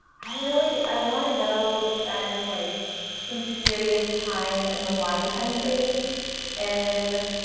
i really i want to go spend like some serious time in the wine country and